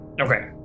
Okay